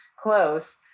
close